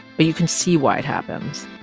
but you can see why it happens.